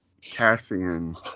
Cassian